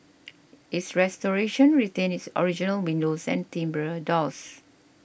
its restoration retained its original windows and timbre doors